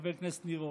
חבר הכנסת ניר אורבך.